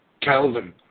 Calvin